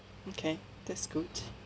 okay that's good